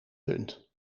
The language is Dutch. punt